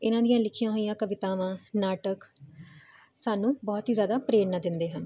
ਇਹਨਾਂ ਦੀਆਂ ਲਿਖੀਆਂ ਹੋਈਆਂ ਕਵਿਤਾਵਾਂ ਨਾਟਕ ਸਾਨੂੰ ਬਹੁਤ ਹੀ ਜਿਆਦਾ ਪ੍ਰੇਰਨਾ ਦਿੰਦੇ ਹਨ